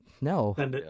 No